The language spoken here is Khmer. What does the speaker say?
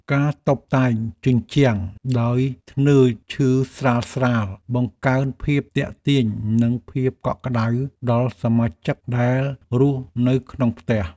ការតុបតែងជញ្ជាំងដោយធ្នើរឈើស្រាលៗបង្កើនភាពទាក់ទាញនិងភាពកក់ក្តៅដល់សមាជិកដែលរស់នៅក្នុងផ្ទះ។